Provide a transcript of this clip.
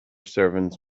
servants